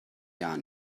jahr